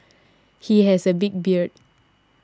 he has a big beard